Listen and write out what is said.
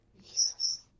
Jesus